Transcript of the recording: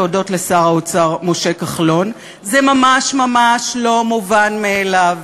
להודות לשר האוצר משה כחלון: זה ממש ממש לא מובן מאליו,